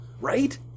right